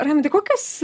raimundai kokias